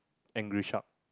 angry shark